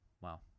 Wow